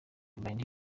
kuririmba